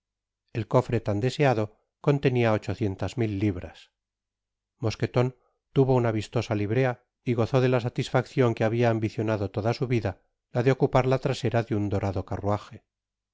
el cofre tan deseado contenia ochocientas mil libras mosqueton tuvo una vistosa librea y gozó de la satisfaccion que habia ambicionado toda su vida la de ocupar la trasera de un dorado carruaje